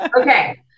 Okay